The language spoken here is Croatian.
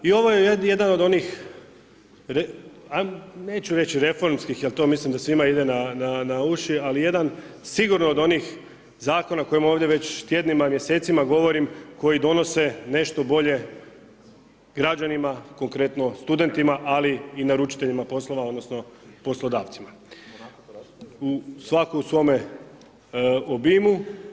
I ovo je jedan od onih neću reći reformskih jer to mislim da svima ide na uši ali jedan sigurno od onih zakona o kojima ovdje već tjednima i mjesecima govorim koji donose nešto bolje građanima, konkretno studentima ali i naručiteljima poslova odnosno poslodavcima, u, svako u svome obimu.